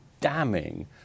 damning